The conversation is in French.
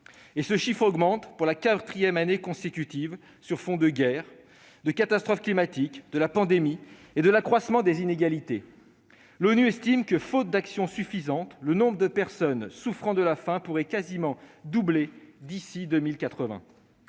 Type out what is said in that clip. Et ce chiffre augmente, pour la quatrième année consécutive, sur fond de guerres, de catastrophes climatiques, de pandémie et d'accroissement des inégalités. L'ONU estime que, faute d'action suffisante, le nombre de personnes souffrant de la faim pourrait quasiment doubler d'ici à 2080.